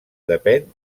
depèn